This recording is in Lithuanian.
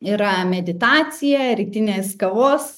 yra meditacija rytinės kavos